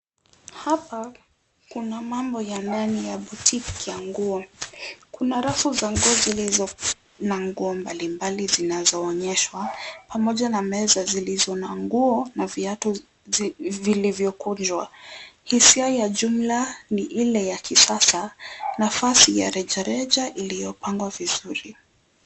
Hapa kuna mambo ya ndani ya boutique ya nguo. Kuna rafu za nguo zilizo na nguo mbalimbali zinazoonyeshwa pamoja na meza zilizo na nguo na viatu vilivyokunjwa. Hisia ya jumla ni ile ya kisasa nafasi ya rejareja iliyopangwa vizuri.